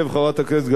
חברת הכנסת גלאון,